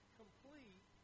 complete